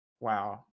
Wow